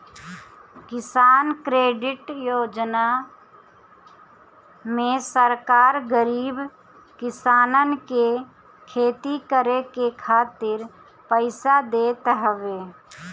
किसान क्रेडिट योजना में सरकार गरीब किसानन के खेती करे खातिर पईसा देत हवे